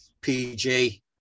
PG